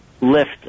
lift